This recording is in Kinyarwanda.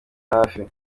hafi